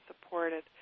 supported